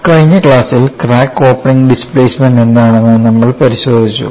കഴിഞ്ഞ ക്ലാസ്സിൽ crack opening displacement എന്താണെന്ന് നമ്മൾ പരിശോധിച്ചു